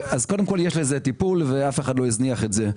יש לזה טיפול ואף אחד לא הזניח את זה.